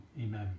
Amen